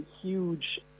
huge